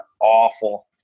awful